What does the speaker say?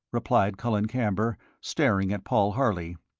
replied colin camber, staring at paul harley.